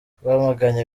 twamaganye